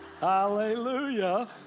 Hallelujah